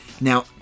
Now